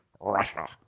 Russia